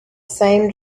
same